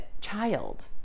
child